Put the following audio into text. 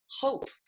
hope